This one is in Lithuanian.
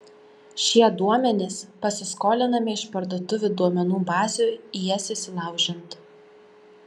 šie duomenys pasiskolinami iš parduotuvių duomenų bazių į jas įsilaužiant